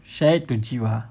share to giwa